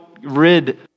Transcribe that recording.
rid